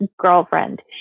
girlfriend